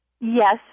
Yes